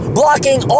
blocking